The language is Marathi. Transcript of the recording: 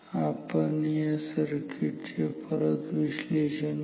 आपण या सर्किट चे परत विश्लेषण करू